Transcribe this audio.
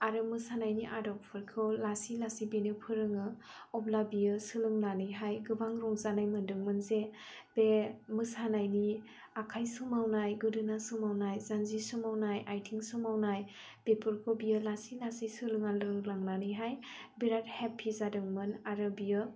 आरो मोसानायनि आदबफोरखौ लासै लासै बेनो फोरोङो अब्ला बियो सोलोंनानैहाय गोबां रंजानाय मोनदोंमोन जे बे मोसानायनि आखाइ सोमावनाय गोदोना सोमावनाय जानजि सोमावनाय आइथिं सोमावनाय बेफोरखौ बियो लासै लासै सोलोंना रोंलांनानैहाय बिराद हेप्पि जादोंमोन आरो बियो